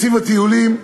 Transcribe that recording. תקציב הטיולים,